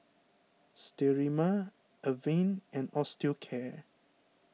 Sterimar Avene and Osteocare